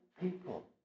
people